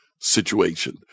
situation